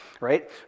right